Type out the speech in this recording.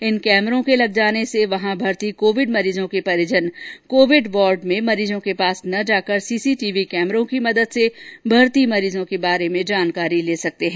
इन कैमरों के लग जाने से वहां भर्ती कोविड मरीजों के परिजन कोविड वार्ड में मरीजा के पास न जाकर सीसीटीवी कैमरों की मदद से भर्ती मरीज के बारे में जानकारी ले सकते है